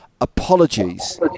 Apologies